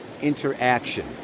interaction